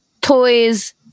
toys